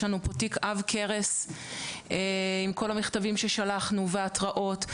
יש לנו פה תיק עב כרס עם כל המכתבים ששלחנו והתרעות.